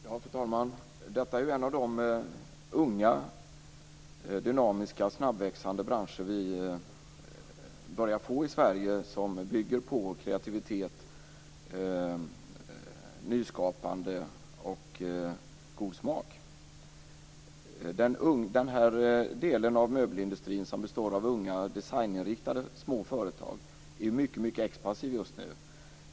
Fru talman! Detta är en av de unga dynamiska och snabbväxande branscherna som börjar framträda i Sverige och som bygger på kreativitet, nyskapande och god smak. Den delen av möbelindustrin som består av unga designinriktade små företag är expansiv.